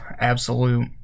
absolute